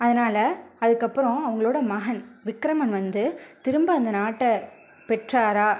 அதனால் அதுக்கப்புறம் அவங்களோட மகன் விக்ரமன் வந்து திரும்ப அந்த நாட்டை பெற்றாரா